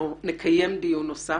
אנחנו נקיים דיון נוסף,